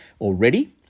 already